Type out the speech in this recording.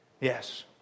Yes